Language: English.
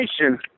Nation